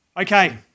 Okay